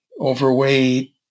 overweight